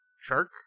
Shark